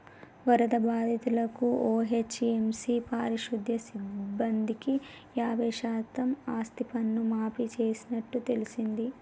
వరద బాధితులను ఓ.హెచ్.ఎం.సి పారిశుద్య సిబ్బందికి యాబై శాతం ఆస్తిపన్ను మాఫీ చేస్తున్నట్టు తెల్సింది